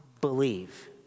believe